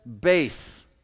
base